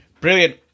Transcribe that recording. Brilliant